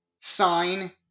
sign